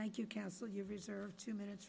thank you counsel you reserved two minutes